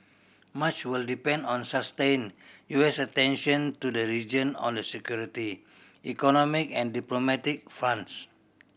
much will depend on sustained U S attention to the region on the security economic and diplomatic fronts